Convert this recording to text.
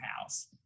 house